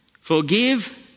forgive